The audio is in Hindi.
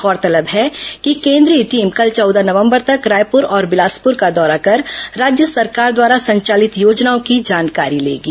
गौरतलब है कि केंद्रीय टीम कल चौदह नवंबर तक रायपुर और बिलासपुर का दौरा कर राज्य सरकार द्वारा संचालित योजनाओं की जानकारी लेंगे